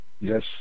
Yes